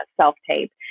self-tape